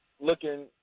Looking